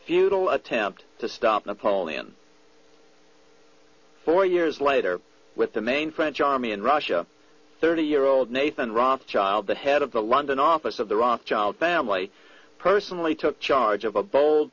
futile attempt to stop napoleon four years later with the main french army in russia thirty year old nathan ross child the head of the london office of the rothschild family personally took charge of a bo